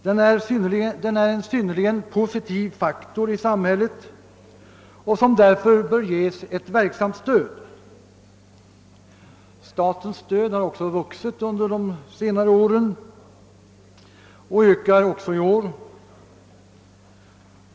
Den är en synnerligen positiv faktor i samhället och åt densamma bör därför ges ett verksamt stöd. Statens stöd har också vuxit under de senare åren och föreslås ökat även i år.